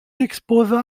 exposa